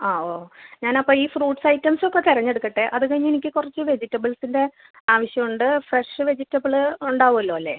ആ ഓ ഞാൻ അപ്പം ഈ ഫ്രൂട്ട്സ് ഐറ്റംസ് ഒക്കെ തിരഞ്ഞെടുക്കട്ടെ അത് കഴിഞ്ഞെനിക്ക് കുറച്ച് വെജിറ്റബിൾസിന്റെ ആവശ്യമുണ്ട് ഫ്രഷ് വെജിറ്റബിൾ ഉണ്ടാവുമല്ലോ അല്ലേ